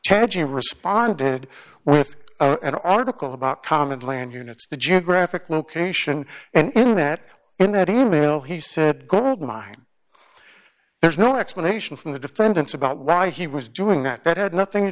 you responded with an article about common land units the geographic location and that in that e mail he said goldmine there's no explanation from the defendants about why he was doing that that had nothing to